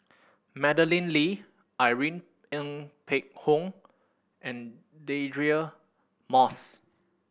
Madeleine Lee Irene Ng Phek Hoong and Deirdre Moss